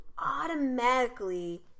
automatically